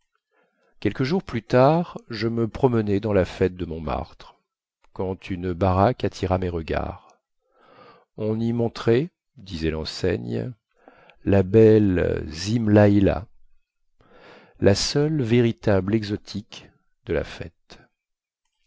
quelques jours plus tard je me promenais dans la fête de montmartre quand une baraque attira mes regards on y montrait disait lenseigne la belle zim laï lah la seule véritable exotique de la fête